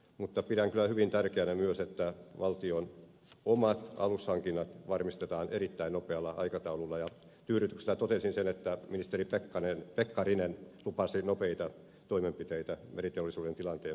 mutta pidän kyllä myös hyvin tärkeänä että valtion omat alushankinnat varmistetaan erittäin nopealla aikataululla ja tyydytyksellä totesin sen että ministeri pekkarinen lupasi nopeita toimenpiteitä meriteollisuuden tilanteen pelastamiseksi